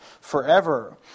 forever